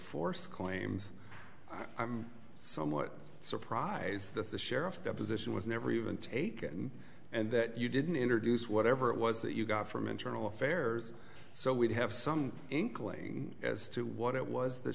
force claims i'm somewhat surprised that the sheriff the position was never even taken and that you didn't introduce whatever it was that you got from internal affairs so we'd have some inkling as to what it was that